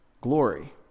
glory